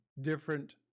different